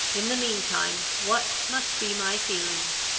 in the mean time, what must be my feelings?